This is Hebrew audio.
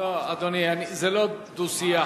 לא, אדוני, זה לא דו-שיח.